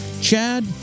chad